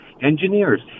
engineers